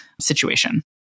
situation